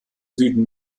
süden